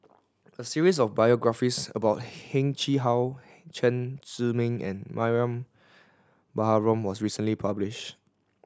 a series of biographies about Heng Chee How Chen Zhiming and Mariam Baharom was recently publish